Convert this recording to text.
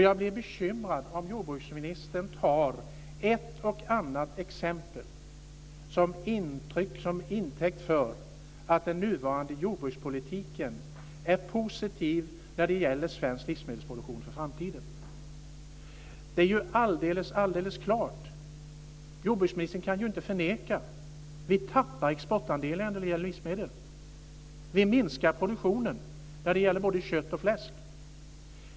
Jag blir bekymrad om jordbruksministern tar ett och annat exempel som intäkt för att den nuvarande jordbrukspolitiken är positiv när det gäller svenskt livsmedelsproduktion för framtiden. Det är ju alldeles klart - jordbruksministern kan inte förneka det - att vi tappar exportandelar då det gäller livsmedel. Vi minskar produktionen när det gäller både kött och fläsk.